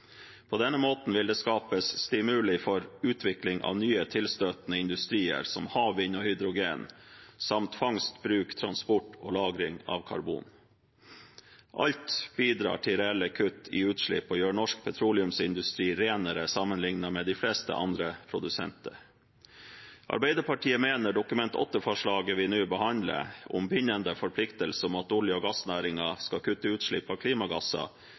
På denne måten vil det skapes stimuli for utvikling av nye tilstøtende industrier, som havvind og hydrogen samt fangst, bruk, transport og lagring av karbon. Alt bidrar til reelle kutt i utslipp og gjør norsk petroleumsindustri renere sammenlignet med de fleste andre produsenter. Arbeiderpartiet mener Dokument 8-forslaget vi nå behandler, om en bindende forpliktelse for olje- og gassnæringen om at de skal kutte utslipp av klimagasser,